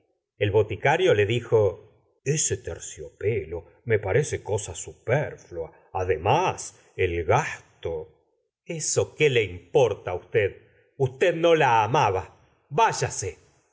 el boticario le dijo ese terciopelo me parece cosa superflua además el gasto gustavo flaubert eso qué le importa á usted usted no la amaba vá ya